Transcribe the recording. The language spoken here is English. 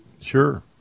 sure